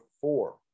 four